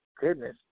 goodness